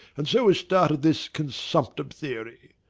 and so has started this consumption theory.